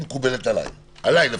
מקובלת עליי.